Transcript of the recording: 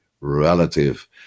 relative